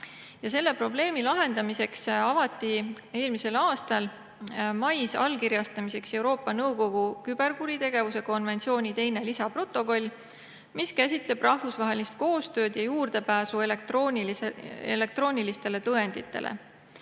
Selle probleemi lahendamiseks avati eelmisel aastal mais allkirjastamiseks Euroopa Nõukogu küberkuritegevuse konventsiooni teine lisaprotokoll, mis käsitleb rahvusvahelist koostööd ja juurdepääsu elektroonilistele tõenditele.